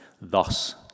Thus